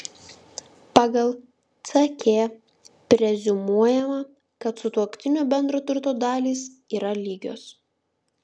pagal ck preziumuojama kad sutuoktinių bendro turto dalys yra lygios